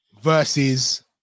versus